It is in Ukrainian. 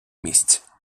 місць